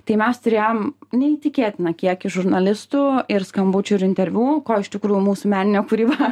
tai mes turėjom neįtikėtiną kiekį žurnalistų ir skambučių ir interviu ko iš tikrųjų mūsų meninė kūryba